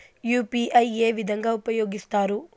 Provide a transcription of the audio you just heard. UPI ఏ విధంగా ఉపయోగిస్తారు?